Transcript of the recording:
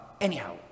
Anyhow